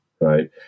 right